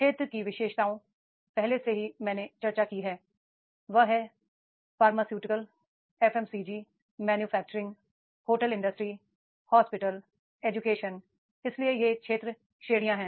क्षेत्र की विशेषताओं की पहले से ही मैंने चर्चा की है वह है pharmaceutical FMCG manufacturing hotel industry hospital academia इसलिए ये क्षेत्र श्रेणियां हैं